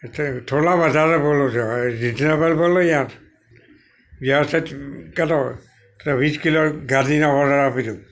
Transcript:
એટલે થોડા વધારે બોલો છો હવે રિઝનેબલ બોલો યાર વ્યવસ્થિત કરો એટલે વીસ કિલો ગાઝીનો ઓડર આપી દઉં